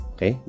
Okay